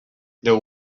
their